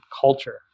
culture